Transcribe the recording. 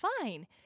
fine